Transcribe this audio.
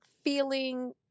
Feeling